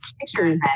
pictures